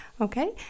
Okay